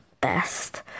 best